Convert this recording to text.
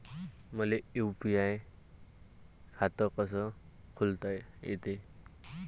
मले यू.पी.आय खातं कस खोलता येते?